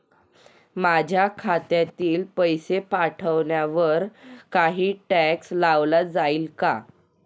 माझ्या खात्यातील पैसे पाठवण्यावर काही टॅक्स लावला जाईल का?